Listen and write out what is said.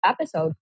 episode